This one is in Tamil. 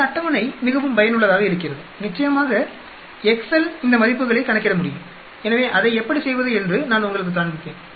இந்த அட்டவணை மிகவும் பயனுள்ளதாக இருக்கிறது நிச்சயமாக எக்செல் இந்த மதிப்புகளைக் கணக்கிட முடியும் எனவே அதை எப்படி செய்வது என்று நான் உங்களுக்குக் காண்பிப்பேன்